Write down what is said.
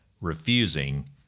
refusing